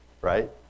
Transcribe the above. Right